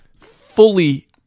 fully